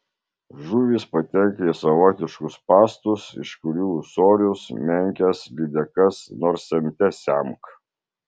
žuvys patenka į savotiškus spąstus iš kurių ūsorius menkes lydekas nors semte semk